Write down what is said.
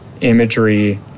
imagery